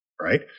right